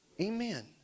Amen